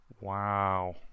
Wow